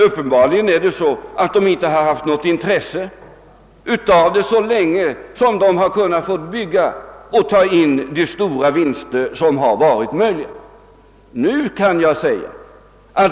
Uppenbarligen har de inte haft något intresse för det, så länge som de har kunnat bygga med de stora vinster som har varit möjliga.